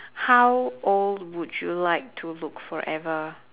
how old would you like to look forever